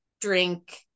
drink